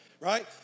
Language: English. Right